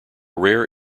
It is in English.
rare